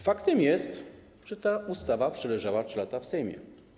Faktem jest, że ta ustawa przeleżała 3 lata w Sejmie.